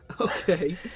Okay